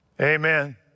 Amen